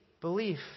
belief